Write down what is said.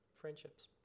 friendships